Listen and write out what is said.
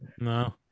No